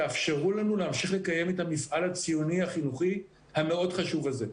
תאפשרו לנו להמשיך לקיים את המפעל הציוני החינוכי המאוד חשוב הזה.